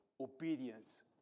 obedience